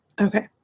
okay